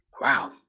wow